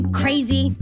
crazy